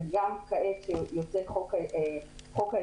וגם כעת כשיוצא חוק ההסדרים,